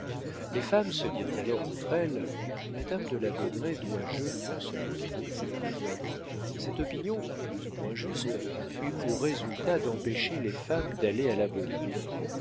les femmes se dirent alors entre elles madame de la baudraye doit joliment se moquer de nous cette opinion plus ou moins juste eut pour résultat d'empêcher les femmes d'aller à la